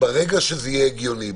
ברגע שזה יהיה הגיוני,